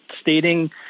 stating